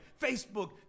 Facebook